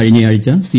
കഴിഞ്ഞയാഴ്ച സി